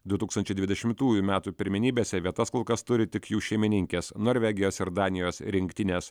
du tūkstančiai dvidešimtųjų metų pirmenybėse vietas kol kas turi tik jų šeimininkės norvegijos ir danijos rinktinės